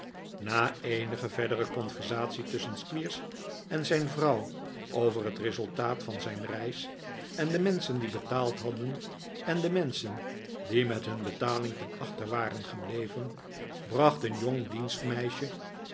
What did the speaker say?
na eenige verdere conversatie tussjchen squeers en zijn vrouw over het resultaat van zijn reis en de menschen die betaald hadden en de menschen die met hun betaling ten achter waren gebleven bracht een